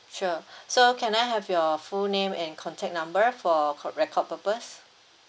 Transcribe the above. sure so can I have your full name and contact number for called record purpose